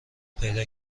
پیدا